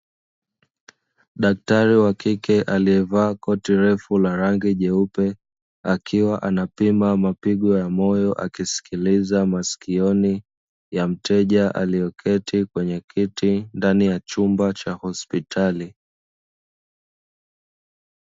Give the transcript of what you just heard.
Daktari wa kike aliyevaa koti refu la rangi jeupe, akiwa anapima mapigo ya moyo akisikiliza masikioni ,ya mteja alieketi kwenye kiti, ndani ya chumba cha hospitali.